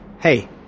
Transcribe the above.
Hey